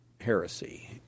heresy